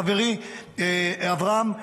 חברי אברהם,